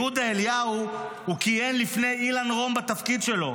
יהודה אליהו כיהן לפני אילן רום בתפקיד שלו.